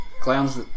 Clown's